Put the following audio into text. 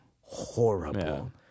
horrible